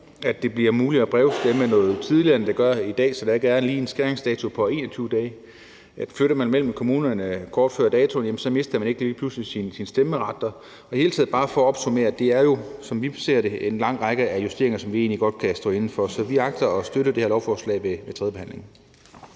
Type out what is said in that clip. skal det blive muligt at brevstemme noget tidligere, end det er i dag, så der ikke er en skæringsdato på lige 21 dage, og flytter man mellem kommunerne kort før datoen, mister man ikke lige pludselig sin stemmeret. Bare for at opsummere vil jeg sige, at det i det hele taget er en lang række af justeringer, som vi egentlig godt kan stå inde for. Så vi agter at støtte det her lovforslag ved tredjebehandlingen.